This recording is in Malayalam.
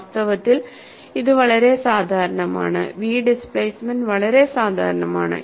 വാസ്തവത്തിൽ ഇത് വളരെ സാധാരണമാണ് v ഡിസ്പ്ലേസ്മെന്റ് വളരെ സാധാരണമാണ്